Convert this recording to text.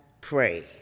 pray